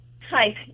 Hi